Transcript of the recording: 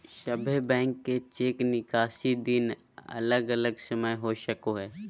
सभे बैंक के चेक निकासी दिन अलग अलग समय हो सको हय